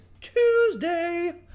Tuesday